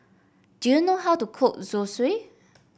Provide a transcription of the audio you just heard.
do you know how to cook Zosui